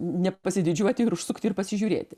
nepasididžiuoti ir užsukti ir pasižiūrėti